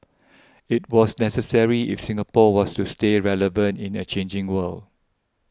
it was necessary if Singapore was to stay relevant in a changing world